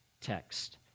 text